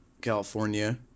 California